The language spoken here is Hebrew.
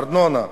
בארנונה,